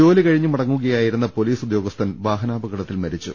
ജോലി കഴിഞ്ഞ് മടങ്ങുകയായിരുന്ന പോലീസ് ഉദ്യോഗസ്ഥൻ വാഹനാപകടത്തിൽ മരിച്ചു